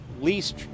least